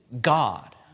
God